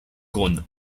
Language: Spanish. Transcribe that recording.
con